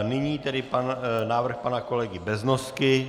Nyní tedy návrh pana kolegy Beznosky.